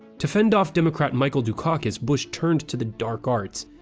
to fend off democrat michael dukakis, bush turned to the dark arts,